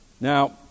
Now